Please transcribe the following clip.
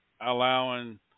allowing